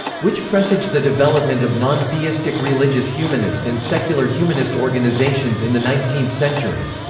which presaged the development of non-theistic religious humanist and secular humanist organizations in the nineteenth century.